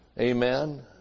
Amen